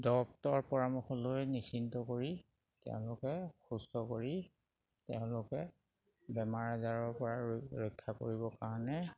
ডক্তৰৰ পৰামৰ্শ লৈ নিশ্চিন্ত কৰি তেওঁলোকে সুস্থ কৰি তেওঁলোকে বেমাৰ আজাৰৰ পৰা ৰৈ ৰক্ষা কৰিবৰ কাৰণে